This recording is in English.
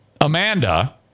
Amanda